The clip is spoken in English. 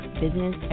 business